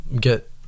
get